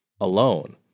alone